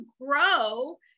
grow